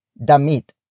Damit